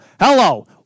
Hello